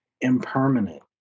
impermanent